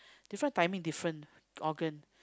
different timing different organ